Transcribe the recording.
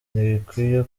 ntibikwiye